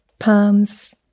Palms